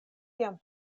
jam